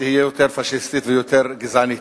היא תהיה יותר פאשיסטית ויותר גזענית.